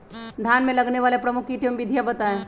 धान में लगने वाले प्रमुख कीट एवं विधियां बताएं?